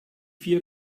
vier